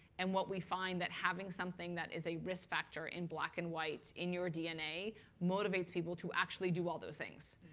and what we find that having something that is a risk factor in black and white in your dna motivates people to actually do all those things.